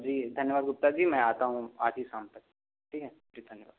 जी धन्यवाद गुप्ता जी मैं आता हूँ आज ही शाम तक ठीक है ठीक धन्यवाद